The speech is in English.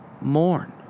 mourn